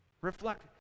Reflect